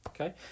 okay